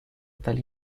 tal